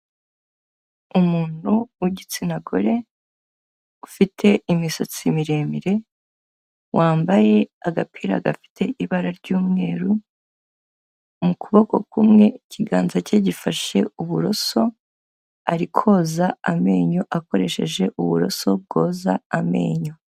Umuntu w'igitsina gore ufite imisatsi miremire wambaye agapira gafite ibara ry'umweru, mu kuboko kumwe ikiganza cye gifashe uburoso ari koza amenyo akoresheje uburoso bwoza amenyo.